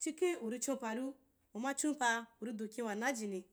chikhen uri chonpru uma chon paa ri du kin wana jiai.